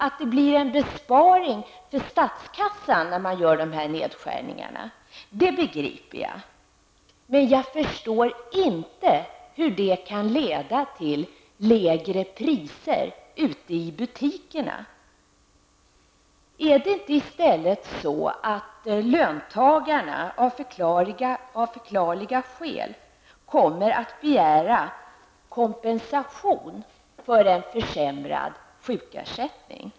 Att det blir en besparing för statskassan när man gör dessa nedskärningar, det begriper jag, men jag förstår inte hur det kan leda till lägre priser ute i butikerna. Är det inte i stället så att löntagarna av förklarliga skäl kommer att begära kompensation för en försämrad sjukersättning?